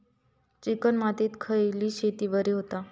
Chicken मातीत खयली शेती बरी होता?